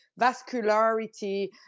vascularity